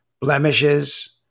blemishes